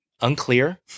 unclear